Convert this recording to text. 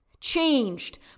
changed